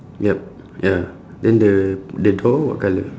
yup ya then the the door what colour